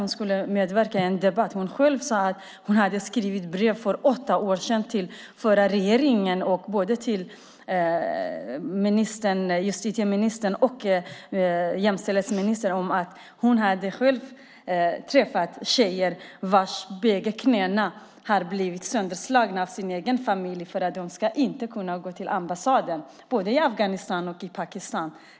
Hon sade också att hon för åtta år sedan skrivit brev till den förra regeringen, till både justitieministern och jämställdhetsministern, om att hon träffat tjejer vars båda knän blivit sönderslagna av familjen för att de inte skulle kunna gå till ambassaden. Det hände i både Afghanistan och Pakistan.